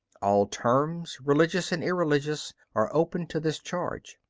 all terms, religious and irreligious, are open to this charge.